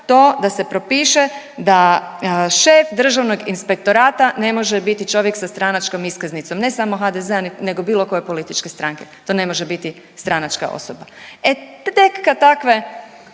to da se propiše da šef Državnog inspektora ne može biti čovjek sa stranačkom iskaznicom, ne samo HDZ-a nego bilo koje političke stranke, to ne može biti stranačka osoba. E tek kad takve